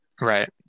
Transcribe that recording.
Right